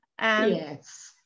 yes